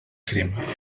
crema